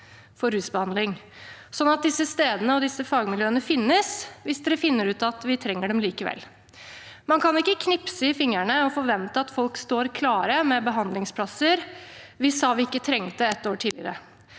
for rusbehandling, sånn at disse stedene og disse fagmiljøene finnes hvis SV og regjeringen finner ut at vi trenger dem likevel. Man kan ikke knipse i fingrene og forvente at folk står klare med behandlingsplasser vi ett år tidligere